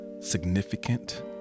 significant